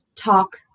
talk